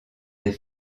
des